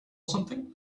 something